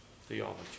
theology